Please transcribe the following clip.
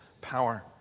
power